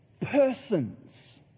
persons